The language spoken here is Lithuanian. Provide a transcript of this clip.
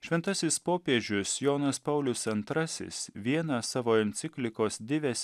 šventasis popiežius jonas paulius antrasis vieną savo enciklikos divės